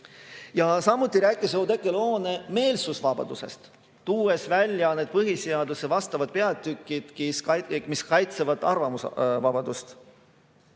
Samuti rääkis Oudekki Loone meelsusvabadusest, tuues välja põhiseaduse vastavad peatükid, mis kaitsevad arvamusvabadust.